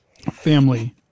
family